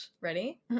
ready